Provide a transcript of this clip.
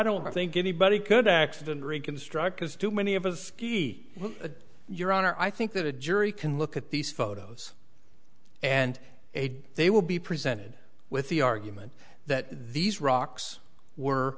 don't think anybody could accident reconstruct as too many of us ski your honor i think that a jury can look at these photos and they will be presented with the argument that these rocks were